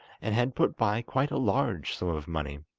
and had put by quite a large sum of money.